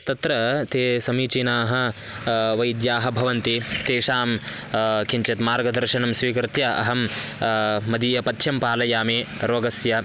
तत्र ते समीचीनाः वैद्याः भवन्ति तेषां किञ्चित् मार्गदर्शनं स्वीकृत्य अहं मदीयपथ्यं पालयामि रोगस्य